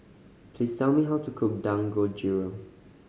please tell me how to cook Dangojiru